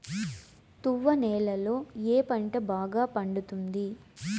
తువ్వ నేలలో ఏ పంట బాగా పండుతుంది?